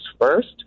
first